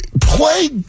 play